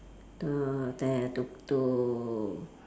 the there to to